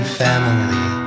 family